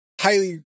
highly